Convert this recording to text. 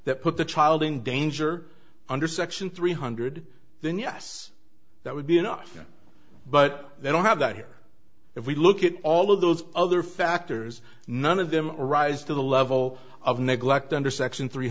that put the child in danger under section three hundred then yes that would be enough but they don't have that here if we look at all of those other factors none of them rise to the level of neglect under section three